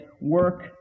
work